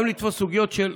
גם לתפוס סוגיות של כשרות.